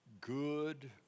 good